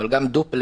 אבל גם דופלקס,